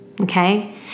Okay